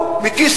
מס ערך מוסף.